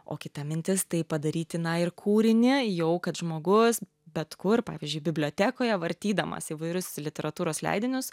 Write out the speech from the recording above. o kita mintis tai padaryti na ir kūrinį jau kad žmogus bet kur pavyzdžiui bibliotekoje vartydamas įvairius literatūros leidinius